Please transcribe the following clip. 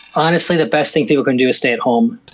honestly, the best thing people can do is stay at home.